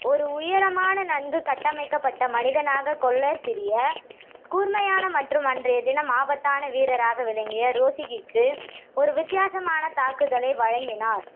ஒரு உயரமான நன்கு கட்டமைக்கப்பட்ட மனிதனாக கொல்லர் சிறிய கூர்மையான மற்றும் அன்றைய தினம் ஆபத்தான வீரராக விளங்கிய ரோசிக்கிக்கு ஒரு வித்தியாசமான தாக்குதலை வழங்கினார்